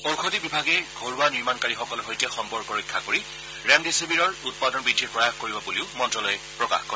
ঔষধী বিভাগে ঘৰুৱা নিৰ্মণকাৰীসকলৰ সৈতে সম্পৰ্ক ৰক্ষা কৰি ৰেমডিচিৱিৰৰ উৎপাদন বৃদ্ধিৰ প্ৰয়াস কৰিব বুলিও মন্ত্ৰালয়ে প্ৰকাশ কৰে